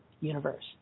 universe